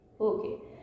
Okay